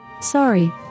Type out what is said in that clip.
Sorry